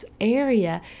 area